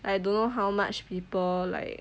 I don't know how much people like